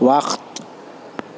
وقت